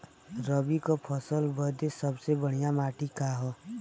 रबी क फसल बदे सबसे बढ़िया माटी का ह?